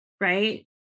right